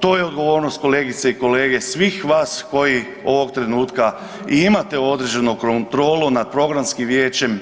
To je odgovornost kolegice i kolege svih vas koji ovog trenutka i imate određenu kontrolu nad Programskim vijećem